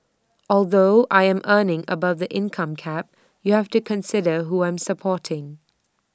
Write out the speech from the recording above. although I am earning above the income cap you have to consider who I am supporting